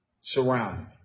surrounding